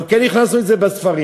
אנחנו כן הכנסנו את זה לספרים,